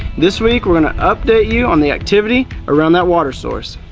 this week we're going to update you on the activity around that water source.